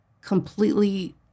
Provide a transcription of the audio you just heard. completely